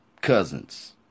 cousins